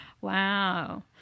Wow